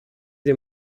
des